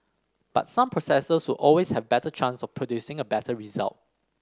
but some processes will always have better chance of producing a better result